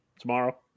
Tomorrow